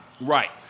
Right